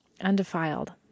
undefiled